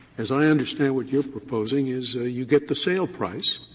as i understood, what you are proposing is ah you get the sale price,